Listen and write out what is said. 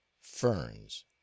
ferns